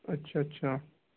اچھا اچھا